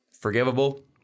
forgivable